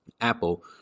Apple